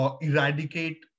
eradicate